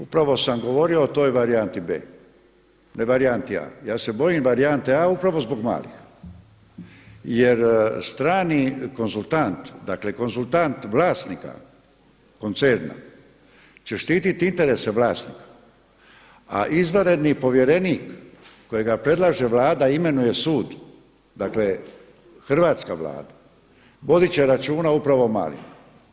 Upravo sam govorio o toj varijanti B ne varijanti A. Ja se bojim varijante A upravo zbog malih, jer strani konzultant, dakle konzultant vlasnika koncerna će štititi interese vlasnika a izvanredni povjerenik kojega predlaže Vlada i imenuje sud, dakle hrvatska Vlada vodit će računa upravo o malima.